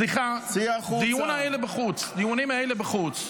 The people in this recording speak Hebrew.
סליחה, הדיונים האלה בחוץ.